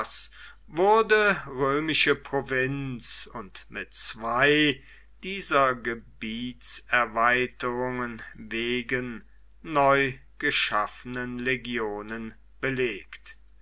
wurde römische provinz und mit zwei dieser gebietserweiterung wegen neu geschaffenen legionen belegt